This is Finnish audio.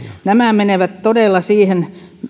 nämä menevät todella siihen